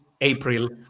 april